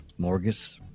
Morgus